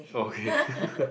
okay